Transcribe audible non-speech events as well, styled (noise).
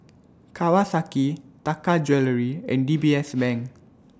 Kawasaki Taka Jewelry and D B (noise) S Bank